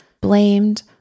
blamed